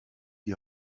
die